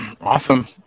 Awesome